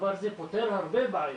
הדבר הזה היה פותר הרבה בעיות.